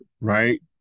right